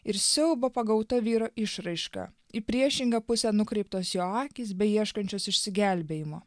ir siaubo pagauta vyro išraiška į priešingą pusę nukreiptos jo akys beieškančios išsigelbėjimo